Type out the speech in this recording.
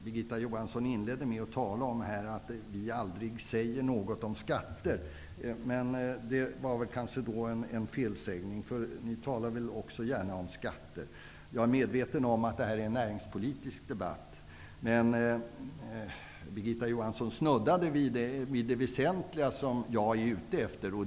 Birgitta Johansson inledde med att tala om att vi aldrig säger någonting om skatter. Det var kanske en felsägning -- ni talar väl också gärna om skatter. Jag är medveten om att det här är en näringspolitisk debatt, men Birgitta Johansson snuddade vid det väsentliga, som jag är ute efter.